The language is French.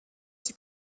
qui